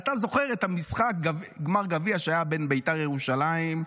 אתה זוכר את משחק גמר הגביע שהיה בין בית"ר ירושלים ובין,